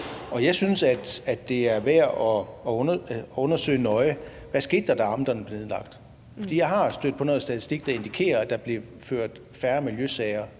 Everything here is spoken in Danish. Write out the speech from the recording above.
Jeg synes, at det er værd at undersøge nøje, hvad der skete, da amterne blev nedlagt. For jeg er stødt på noget statistik, der indikerer, at der blev ført færre miljøsager